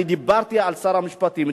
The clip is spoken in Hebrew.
אני דיברתי על שר המשפטים,